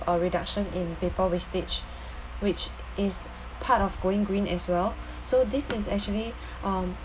or reduction in paper wastage which is part of going green as well so this is actually um